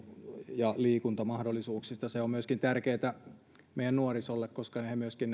ja liikuntamahdollisuuksista se on tärkeätä myöskin meidän nuorisolle koska myöskin